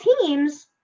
teams